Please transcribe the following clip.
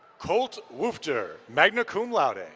colt wufter, magna cum laude.